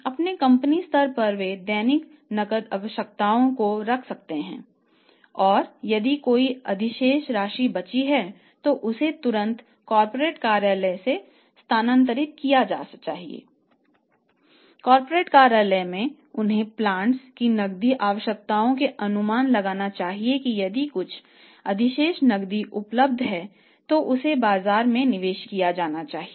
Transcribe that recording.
अपने कंपनी स्तर पर वे दैनिक नकद आवश्यकताओं को रख सकते हैं और यदि कोई अधिशेष राशि बची है तो उसे तुरंत कॉर्पोरेट कार्यालय में स्थानांतरित कर दिया जाना चाहिए